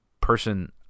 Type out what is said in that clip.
person